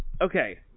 okay